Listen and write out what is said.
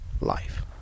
life